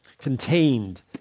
contained